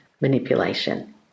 manipulation